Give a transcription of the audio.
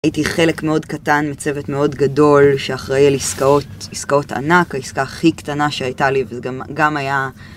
הייתי חלק מאוד קטן מצוות מאוד גדול שאחראי על עסקאות, עסקאות ענק, העסקה הכי קטנה שהייתה לי, וגם היה...